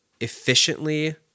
efficiently